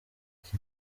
iki